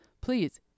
please